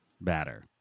batter